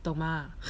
懂吗